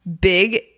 Big